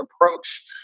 approach